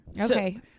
Okay